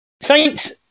Saints